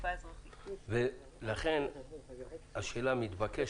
לכן השאלה המתבקשת,